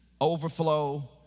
overflow